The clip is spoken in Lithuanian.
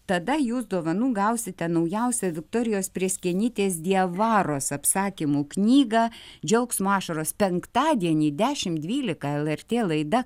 tada jūs dovanų gausite naujausią viktorijos prėskienytės diavaros apsakymų knygą džiaugsmo ašaros penktadienį dešim dvylika lrt laida